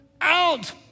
out